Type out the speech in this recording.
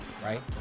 Right